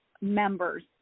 members